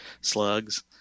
slugs